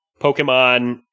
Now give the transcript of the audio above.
Pokemon